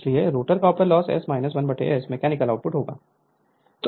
इसलिए rotor copper loss S 1 S mechanical output होगा